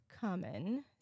common